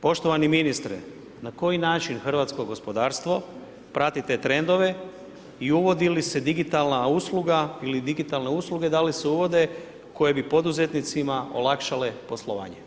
Poštovani ministre, na koji način hrvatsko gospodarstvo prati te trendove i uvodi li se digitalna usluga ili digitalne usluge da li se uvode koje bi poduzetnicima olakšale poslovanje?